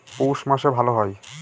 পৌষ মাসে ভালো হয়?